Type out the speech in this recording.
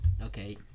okay